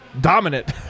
dominant